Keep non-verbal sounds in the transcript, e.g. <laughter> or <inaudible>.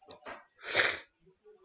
<noise>